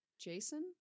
Jason